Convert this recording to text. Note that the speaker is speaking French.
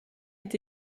est